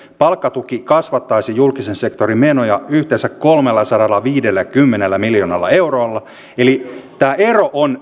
palkkatuki huomioiden kasvattaisivat julkisen sektorin menoja yhteensä kolmellasadallaviidelläkymmenellä miljoonalla eurolla tämä ero on